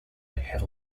have